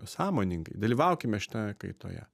sąmoningai dalyvaukime šitoje kaitoje